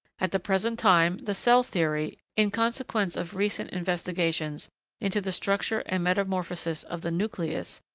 at the present time, the cell theory, in consequence of recent investigations into the structure and metamorphosis of the nucleus,